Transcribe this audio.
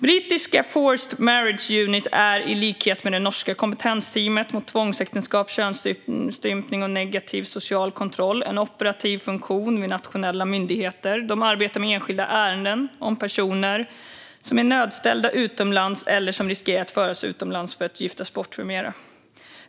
Brittiska Forced Marriage Unit är i likhet med det norska kompetensteamet mot tvångsäktenskap, könsstympning och negativ social kontroll en operativ funktion vid nationella myndigheter. De arbetar med enskilda ärenden om personer som är nödställda utomlands eller som riskerar att föras utomlands för att giftas bort med mera.